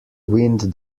wind